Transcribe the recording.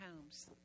homes